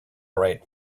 write